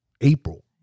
April